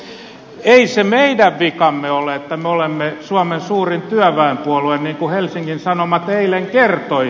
ei se meidän vikamme ole että me olemme suomen suurin työväenpuolue niin kuin helsingin sanomat eilen kertoi